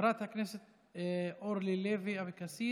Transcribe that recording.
חברת הכנסת אורלי לוי אבקסיס.